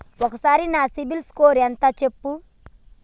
ఒక్కసారి నా సిబిల్ స్కోర్ ఎంత చెప్పు?